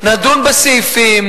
נדון בסעיפים,